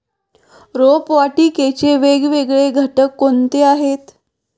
रोपवाटिकेचे वेगवेगळे घटक कोणते आहेत?